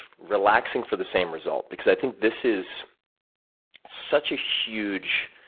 relaxing for the same result, because i think this is such a huge